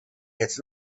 it’s